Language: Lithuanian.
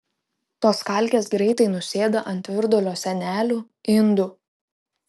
tos kalkės greitai nusėda ant virdulio sienelių indų